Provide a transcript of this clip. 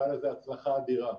והיה לזה הצלחה אדירה.